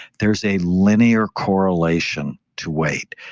there's a linear correlation to weight.